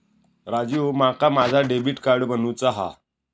राजू, माका माझा debit card बनवूचा हा